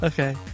Okay